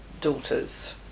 daughters